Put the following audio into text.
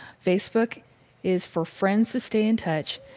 facebook is for friends to stay in touch,